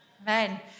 Amen